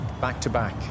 back-to-back